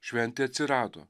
šventė atsirado